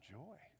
joy